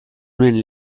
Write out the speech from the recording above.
nuen